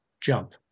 jump